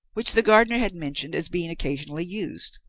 which the gardener had mentioned as being occasionally used.